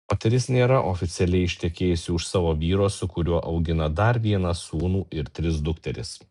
moteris nėra oficialiai ištekėjusi už savo vyro su kuriuo augina dar vieną sūnų ir tris dukteris